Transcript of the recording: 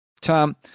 Tom